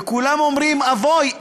וכולם אומרים: אבוי,